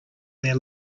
their